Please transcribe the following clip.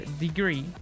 degree